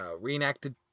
reenacted